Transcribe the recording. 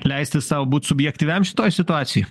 leisti sau būt subjektyviam šitoj situacijoj